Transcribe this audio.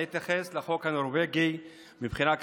אני אתייחס לחוק הנורבגי מבחינה כלכלית.